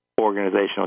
Organizational